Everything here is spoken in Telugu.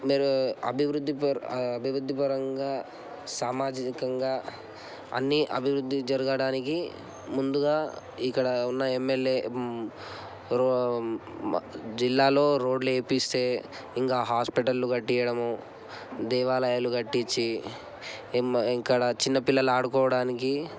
మీరు అభివృద్ధి పర్ అభివృద్ధి పరంగా సామాజికంగా అన్నీ అభివృద్ధి జరగడానికి ముందుగా ఇక్కడ ఉన్న ఏమ్ఏల్ఏ రో జిల్లాలో రోడ్లు వేయిపిస్తే ఇంకా హాస్పిటళ్ళు కట్టించడం దేవాలయాలు కట్టించి ఇక్కడ చిన్నపిల్లలు ఆడుకోవడానికి